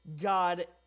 God